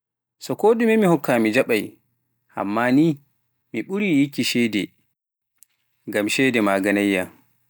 So koo ɗume mi hokkaa mi jaɓay, ammaa ni, mi ɓurii yikki ceede ngam ceede maaganay yam.